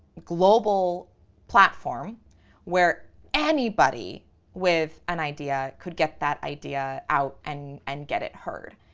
global platform where anybody with an idea could get that idea out and and get it heard.